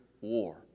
war